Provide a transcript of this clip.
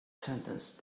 sentence